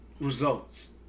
Results